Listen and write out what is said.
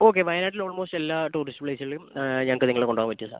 okay വയനാട്ടിൽ almost എല്ലാ tourist പ്ലേസിലും ഞങ്ങൾക്ക് നിങ്ങളെ കൊണ്ടുപോകാൻ പറ്റും സർ